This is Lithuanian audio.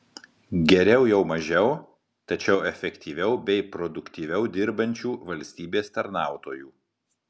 geriau jau mažiau tačiau efektyviau bei produktyviau dirbančių valstybės tarnautojų